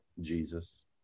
Jesus